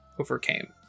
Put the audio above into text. overcame